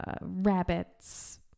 rabbits